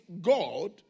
God